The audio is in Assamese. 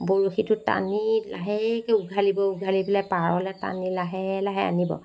বৰশীটো টানি লাহেকৈ উঘালিব উঘালি পেলাই পাৰলৈ টানি লাহে লাহে আনিব